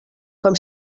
com